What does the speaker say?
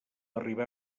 arribar